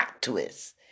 twist